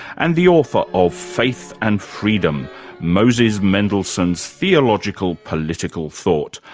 and the author of faith and freedom moses mendelssohn's theological-political thought.